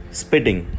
spitting